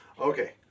okay